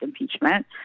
impeachment